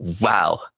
wow